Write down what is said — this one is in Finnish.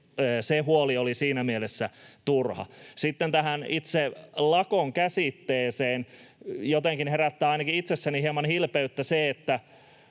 Se huoli oli siinä mielessä turha. Sitten tähän itse lakon käsitteeseen. Jotenkin herättää ainakin itsessäni hieman hilpeyttä se,